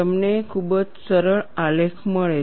તમને ખૂબ જ સરળ આલેખ મળે છે